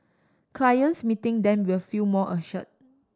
clients meeting them will feel more assured